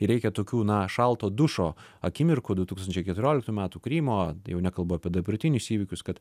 ir reikia tokių na šalto dušo akimirkų du tūkstančiai keturioliktų metų krymo jau nekalbu apie dabartinius įvykius kad